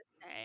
say